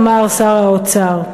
אמר שר האוצר.